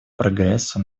прогрессу